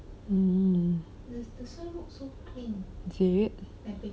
um is it